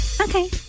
okay